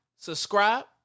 subscribe